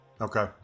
Okay